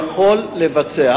יכול לבצע.